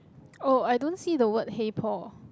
oh I don't see the word hey Paul